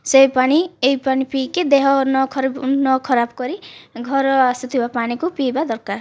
ସେ ପାଣି ଏଇ ପାଣି ପିଇକି ଦେହ ନ ଖରାପ କରି ଘର ଆସୁଥିବା ପାଣିକୁ ପିଇବା ଦରକାର